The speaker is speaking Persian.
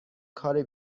کار